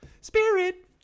Spirit